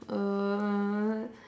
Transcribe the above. err